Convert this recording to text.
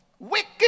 Wicked